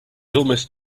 almost